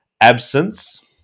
Absence